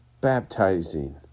baptizing